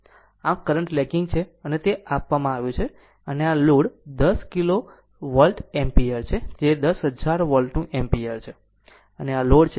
આમ current lagging છે અને તે આપવામાં આવ્યું છે જેને આ લોડ 10 કિલો વોલ્ટ એમ્પીયર જે 10000 વોલ્ટનું એમ્પીયર છે અને આ લોડ છે